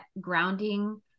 grounding